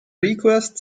request